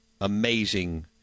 amazing